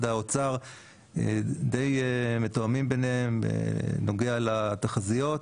האוצר דיי מתואמים ביניהם בנוגע לתחזיות,